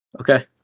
Okay